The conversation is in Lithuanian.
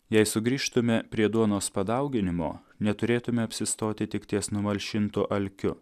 jei sugrįžtume prie duonos padauginimo neturėtume apsistoti tik ties numalšintu alkiu